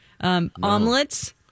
Omelets